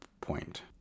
point